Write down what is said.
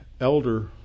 elder